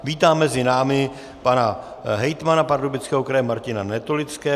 Vítám mezi námi pana hejtmana Pardubického kraje Martina Netolického.